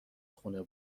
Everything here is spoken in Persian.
خون